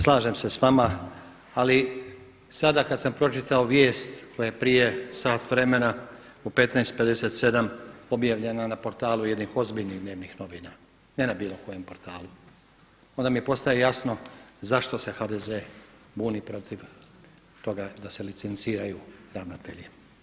Slažem se sa vama, ali sada kad sam pročitao vijest koja je prije sat vremena u 15,57 objavljena na portalu jednih ozbiljnih dnevnih novina, ne na bilo kojem portalu onda mi postaje jasno zašto se HDZ buni protiv toga da se licenciraju ravnatelji.